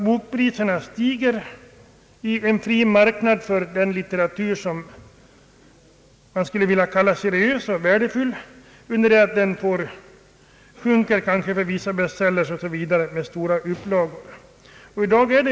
Bokpriserna stiger i en fri marknad för den litteratur som man skulle vilja kalla seriös och värdefull, under det att de sjunker för bestsellers och andra böcker med stora upplagor.